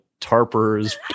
tarpers